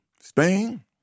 Spain